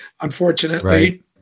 Unfortunately